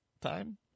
time